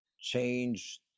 change